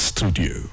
Studio